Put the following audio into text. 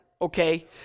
okay